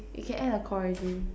we can end the Call already